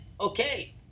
okay